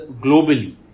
globally